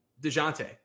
DeJounte